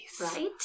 Right